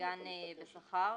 הסגן בשכר.